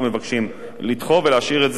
ולהשאיר את זה על שני נציגים.